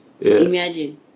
Imagine